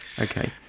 okay